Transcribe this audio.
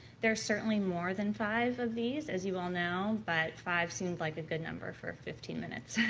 there's certainly more than five of these as you all know, but five seemed like a good number for fifteen minutes.